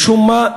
משום מה?